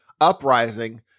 Uprising